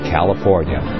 California